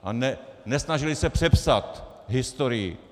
A nesnažili se přepsat historii.